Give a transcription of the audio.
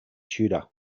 tudor